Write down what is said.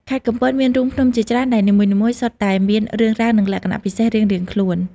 ខេត្តកំពតមានរូងភ្នំជាច្រើនដែលនីមួយៗសុទ្ធតែមានរឿងរ៉ាវ និងលក្ខណៈពិសេសរៀងៗខ្លួន។